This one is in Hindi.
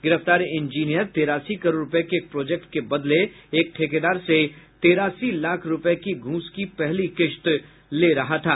गिरफ्तार इंजीनियर ने तेरासी करोड़ रुपये के एक प्रोजेक्ट के बदले एक ठेकेदार से तेरासी लाख रुपये की घूस की मांग की थी